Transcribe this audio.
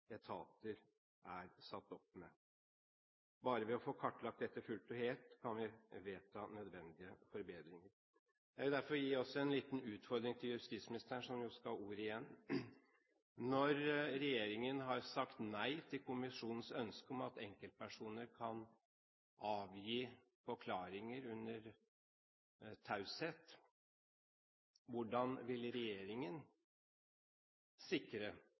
etater er satt opp med. Bare ved å få kartlagt dette fullt og helt kan vi vedta nødvendige forbedringer. Jeg vil derfor også gi en liten utfordring til justisministeren, som jo skal ha ordet igjen: Når regjeringen har sagt nei til kommisjonens ønske om at enkeltpersoner kan avgi forklaringer under taushet, hvordan vil regjeringen sikre